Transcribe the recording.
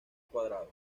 cuadrados